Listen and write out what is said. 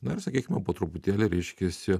na ir sakykime po truputėlį reiškiasi